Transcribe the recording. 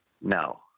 no